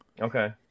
Okay